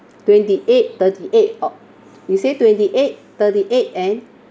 twenty eight thirty eight or you say twenty eight thirty eight and